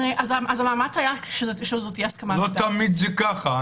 לא תמיד זה ככה.